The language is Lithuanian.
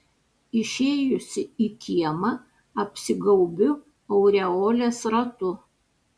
išėjusi į kiemą apsigaubiu aureolės ratu